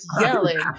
yelling